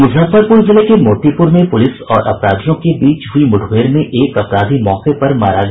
मुजफ्फरपुर जिले के मोतीपुर में पुलिस और अपराधियों के बीच हुई मुठभेड़ में एक अपराधी मौके पर मारा गया